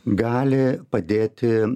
gali padėti